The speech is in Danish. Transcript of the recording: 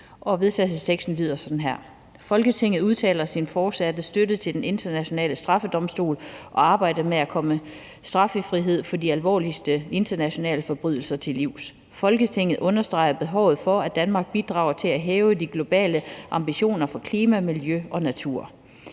vedtagelsesteksten lyder sådan her: Forslag til vedtagelse »Folketinget udtaler sin fortsatte støtte til Den Internationale Straffedomstol og arbejdet med at komme straffrihed for de alvorligste internationale forbrydelser til livs. Folketinget understreger behovet for, at Danmark bidrager til at hæve de globale ambitioner for klima, miljø og natur.